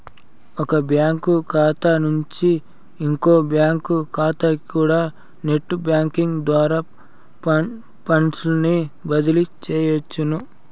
ఒక బ్యాంకు కాతా నుంచి ఇంకో బ్యాంకు కాతాకికూడా నెట్ బ్యేంకింగ్ ద్వారా ఫండ్సుని బదిలీ సెయ్యొచ్చును